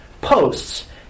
posts